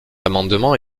amendement